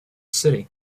city